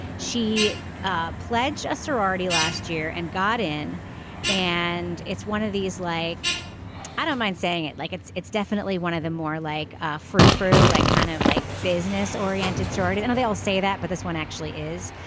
she ah pledged a sorority last year and got in and it's one of these like i don't mind saying it like it's it's definitely one of the more like ah frou frou like kind of like business oriented sorority and they all say that but this one actually is.